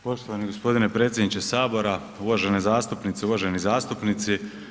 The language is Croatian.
Poštovano gospodine predsjedniče Sabora, uvažene zastupnice, uvaženi zastupnici.